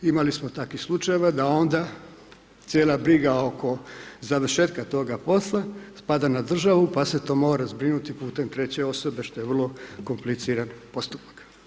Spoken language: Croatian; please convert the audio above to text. Imali smo takvih slučajeva da onda cijela briga oko završetka toga posla spada na državu pa se to mora zbrinuti putem treće osobe što je vrlo komplicirani postupak.